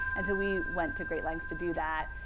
and so we went to great lengths to do that.